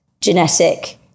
genetic